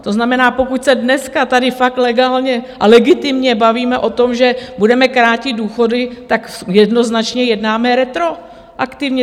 To znamená, pokud se dneska tady fakt legálně a legitimně bavíme o tom, že budeme krátit důchody, tak jednoznačně jednáme retroaktivně.